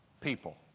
People